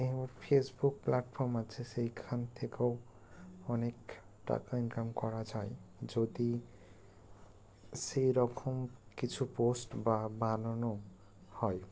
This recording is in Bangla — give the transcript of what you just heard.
এই ফেসবুক প্ল্যাটফর্ম আছে সেইখান থেকেও অনেক টাকা ইনকাম করা যায় যদি সেই রকম কিছু পোস্ট বানানো হয়